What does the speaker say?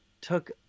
took